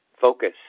focus